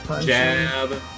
jab